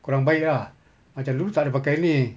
kurang baik lah macam dulu tak ada pakai ini